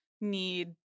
need